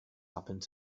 happened